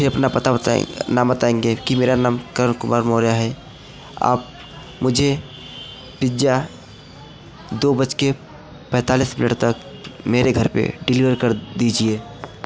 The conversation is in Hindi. फ़िर अपना पता बताएंगे नाम बताएंगे कि मेरा नाम करण कुमार मौर्या है आप मुझे पिज्जा दो बज के पैंतालीस मिनट तक मेरे घर पर डिलिवर कर दीजिए